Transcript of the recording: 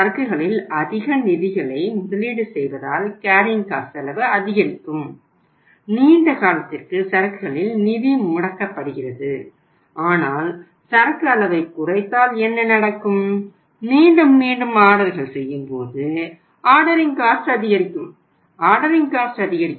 சரக்குகளில் அதிக நிதிகளை முதலீடு செய்வதால் கேரியிங் காஸ்ட் அதிகரிக்கும்